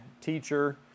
teacher